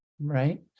right